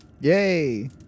Yay